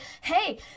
hey